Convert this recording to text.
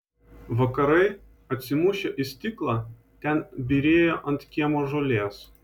vakarai atsimušę į stiklą ten byrėjo ant kiemo žolės